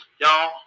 Y'all